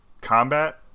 combat